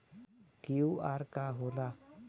QR का होला?